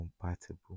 compatible